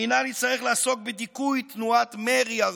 המינהל יצטרך לעסוק בדיכוי תנועת מרי ערבית,